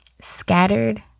scattered